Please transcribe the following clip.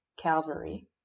Calvary